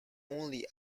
only